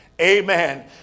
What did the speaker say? Amen